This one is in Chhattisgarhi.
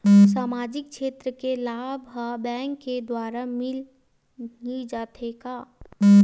सामाजिक क्षेत्र के लाभ हा बैंक के द्वारा ही मिलथे का?